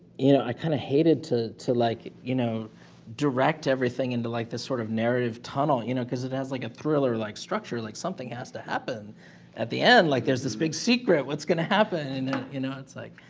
you know, i kind of hated to to like, you know direct everything into like this sort of narrative tunnel you know because it has like a thriller like structure like something has to happen at the end like there's this big secret what's going to happen? and you know, it's like